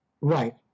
Right